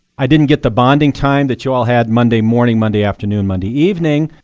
i didn't get the bonding time that you all had monday morning, monday afternoon, monday evening,